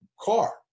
car